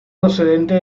procedente